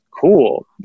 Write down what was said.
cool